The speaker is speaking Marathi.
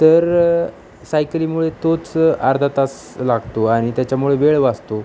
तर सायकलीमुळे तोच अर्धा तास लागतो आणि त्याच्यामुळे वेळ वासतो